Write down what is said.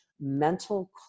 mental